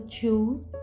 choose